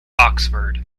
oxford